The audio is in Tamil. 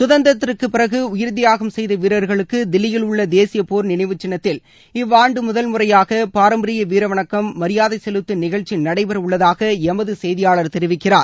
சுதந்திரத்திற்கு பிறகு உயிர் தியாகம் செய்த வீரர்களுக்கு தில்லியில் உள்ள தேசிய போர் நினைவு சின்னத்தில் இவ்வாண்டு முதல் முறையாக பாரம்பரிய வீர வணக்கம் மரியாதை செலுத்தும் நிகழ்ச்சி நடைபெறவுள்ளதாக எமது செய்தியாளர் தெரிவிக்கிறார்